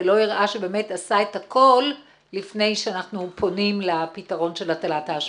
ולא הראה שבאמת עשה את הכול לפני שאנחנו פונים לפתרון של הטלת האשמה.